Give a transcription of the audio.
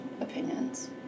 opinions